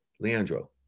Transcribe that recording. Leandro